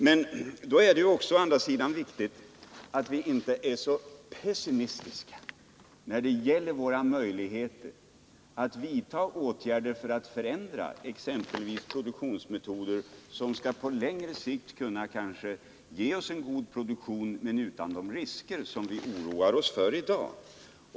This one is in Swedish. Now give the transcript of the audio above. Men då är det å andra sidan viktigt att vi inte är så pessimistiska beträffande våra möjligheter att vidta åtgärder för att förändra produktionsmetoder som på längre sikt kanske kan ge en god produktion utan de risker som vi oroar oss för i dag.